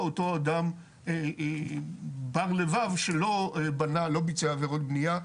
אותו אדם בר לבב שלא בנה ולא ביצע עבירות בנייה,